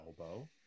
elbow